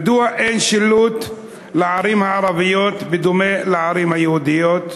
1. מדוע אין שילוט המפנה לערים הערביות בדומה לערים היהודיות?